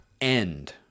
end